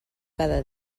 cada